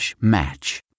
match